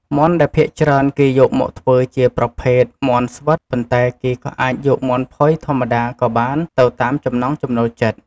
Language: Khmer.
មាន់ដែលភាគច្រើនគេយកមកធ្វើជាប្រភេទមាន់ស្វិត ប៉ុន្តែគេក៏អាចយកមាន់ផុយធម្មតាក៏បានទៅតាមចំណង់ចំណូលចិត្ត។